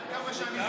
עד כמה שאני זוכר,